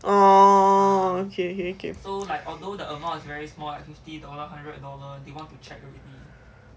oh okay okay okay